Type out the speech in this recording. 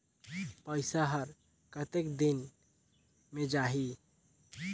पइसा हर कतेक दिन मे जाही?